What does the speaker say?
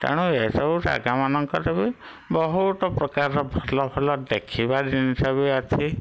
ତେଣୁ ଏ ସବୁ ଜାଗାମାନଙ୍କରେ ବି ବହୁତ ପ୍ରକାରର ଭଲ ଭଲ ଦେଖିବା ଜିନିଷ ବି ଅଛି